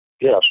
Yes